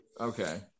Okay